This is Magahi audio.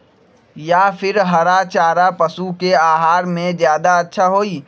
या फिर हरा चारा पशु के आहार में ज्यादा अच्छा होई?